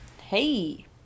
Hey